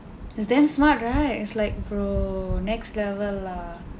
is damn smart right it's like bro next level lah